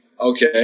okay